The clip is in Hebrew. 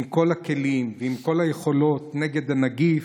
עם כל הכלים ועם כל היכולות נגד הנגיף,